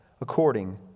according